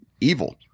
evil